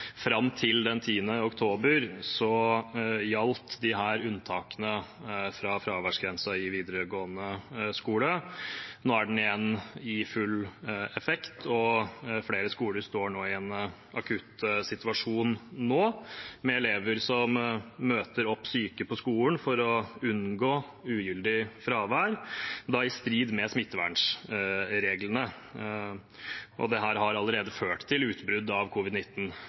fram til den 10. oktober gjaldt disse unntakene fra fraværsgrensen i videregående skole. Nå er den igjen i full effekt, og flere skoler står nå i en akutt situasjon med elever som møter opp syke på skolen for å unngå ugyldig fravær, i strid med smittevernreglene. Dette har allerede ført til utbrudd av